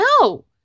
No